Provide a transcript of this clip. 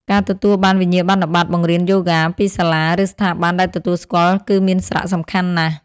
ការទទួលបាន វិញ្ញាបនបត្របង្រៀនយូហ្គា ពីសាលា ឬស្ថាប័នដែលទទួលស្គាល់គឺមានសារៈសំខាន់ណាស់។